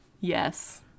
Yes